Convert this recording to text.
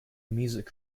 music